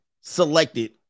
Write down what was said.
selected